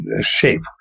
shape